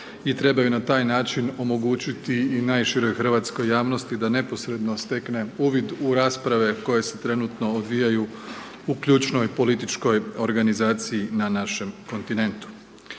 i trebaju na taj način omogućiti i najširoj hrvatskoj javnosti da neposredno stekne uvid u rasprave koje se trenutno odvijaju u ključnoj političkoj organizaciji na našem kontinentu.